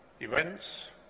events